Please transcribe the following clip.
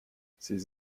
ces